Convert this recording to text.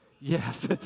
yes